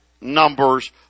numbers